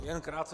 Jen krátce.